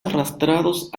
arrastrados